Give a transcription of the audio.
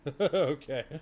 Okay